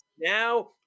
now